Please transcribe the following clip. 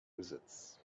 wizards